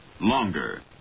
longer